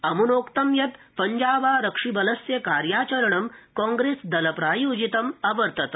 अमुनोक्तं यत् पञ्जाबरक्षिबलस्य कार्याचरणं कांप्रेस दल प्रायोजितम् अवर्तत